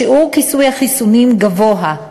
שיעור כיסוי החיסונים גבוה,